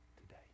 today